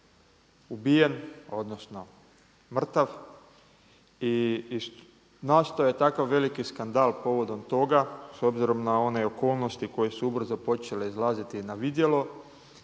ubijen, odnosno mrtav i nastao je takav veliki skandal povodom toga s obzirom na one okolnosti koje su ubrzo počele izlaziti na vidjelo,